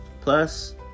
Plus